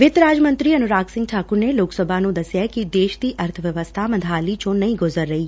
ਵਿੱਤ ਰਾਜ ਮੰਤਰੀ ਅਨੁਰਾਗ ਸਿੰਘ ਠਾਕੁਰ ਨੇ ਲੋਕ ਸਭਾ ਨੂੰ ਦਸਿਆ ਐ ਕਿ ਦੇਸ਼ ਦੀ ਅਰਥ ਵਿਵਸਥਾ ਮੰਦਹਾਲੀ ਚੋ ਨਹੀ ਗੁਜ਼ਰ ਰਹੀ